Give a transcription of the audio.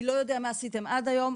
אני לא יודע מה עשיתם עד היום.